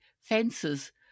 fences